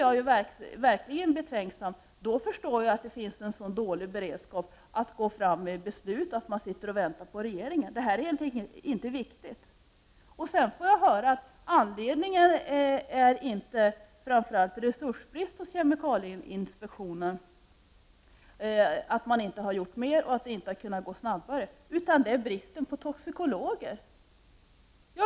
Det gör mig verkligen betänksam. Det förklarar varför man inte är beredd att nu fatta beslut utan vill vänta på förslag från regeringen. Det här är tydligen inte någonting viktigt. Sedan får jag höra att anledningen till att man inte kunnat göra mer och att det inte har gått snabbare inte framför allt är brist på resurser hos kemikalieinspektionen utan att det är bristen på toxikologer.